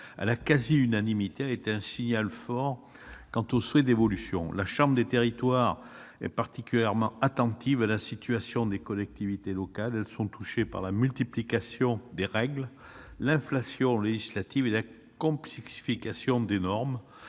cette semaine, a été un signal fort quant aux souhaits d'évolution. La chambre des territoires est particulièrement attentive à la situation des collectivités locales, qui sont touchées par la multiplication des règles, l'inflation législative et la complexification des normes,